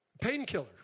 painkiller